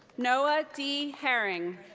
noah d. haring.